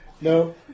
No